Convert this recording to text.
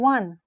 One